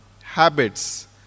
habits